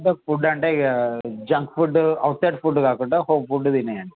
food అంటే ఇక junk food outside food కాకుండా హోం ఫుడ్ తినేయండి